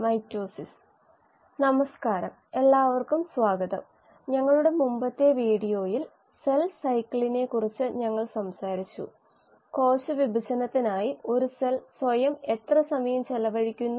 ബയോറിയാക്ടറുകളെ കുറിച്ചുള്ള എൻ